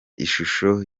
ishusho